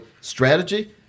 strategy